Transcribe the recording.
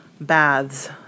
baths